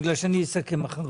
אני אסכם אחריך.